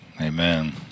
Amen